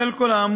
בשל כל האמור,